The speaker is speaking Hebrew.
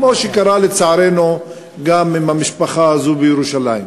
כמו שקרה לצערנו גם עם המשפחה הזו בירושלים.